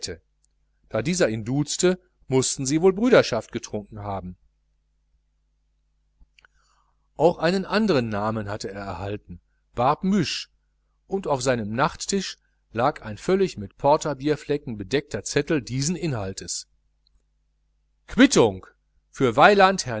da dieser ihn duzte mußten sie wohl brüderschaft getrunken haben auch einen anderen namen hatte er erhalten barbemuche und auf seinem nachttisch lag ein völlig mit porterbierflecken bedeckter zettel dieses inhaltes quittung für weiland